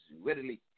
readily